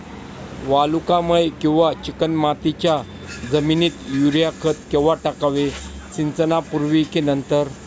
वालुकामय किंवा चिकणमातीच्या जमिनीत युरिया खत केव्हा टाकावे, सिंचनापूर्वी की नंतर?